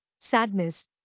sadness